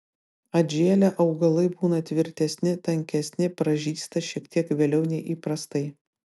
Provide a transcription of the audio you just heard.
atžėlę augalai būna tvirtesni tankesni pražysta šiek tiek vėliau nei įprastai